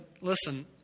listen